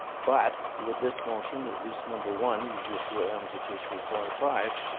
but with this motion, at least number one, we'll see what happens with two, three, four, and five,